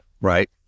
Right